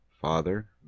Father